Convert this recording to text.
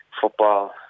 football